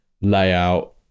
layout